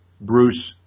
Bruce